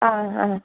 ꯑꯥ ꯑꯥ